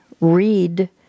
read